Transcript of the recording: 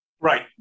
right